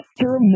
Mr